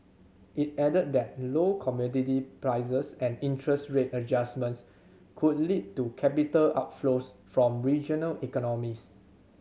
it added that low commodity prices and interest rate adjustments could lead to capital outflows from regional economies